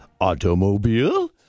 automobile